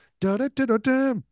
Da-da-da-da-da